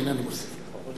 והנה אני מוסיף לך.